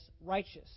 righteous